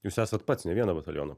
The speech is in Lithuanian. jūs esat pats ne vieną batalioną